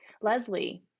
Leslie